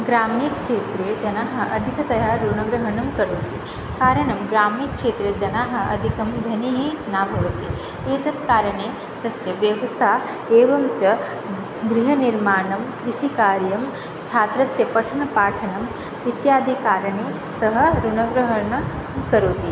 ग्राम्यक्षेत्रे जनः अधिकतया ऋणग्रहणं करोति कारणं ग्राम्यक्षेत्रे जनाः अधिकं धनी न भवन्ति एतत् कारणे तस्य व्यवस्था एवं च गृहनिर्माणं कृषिकार्यं छात्रस्य पठनपाठनम् इत्यादि कारणे सः ऋणग्रहणं करोति